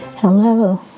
Hello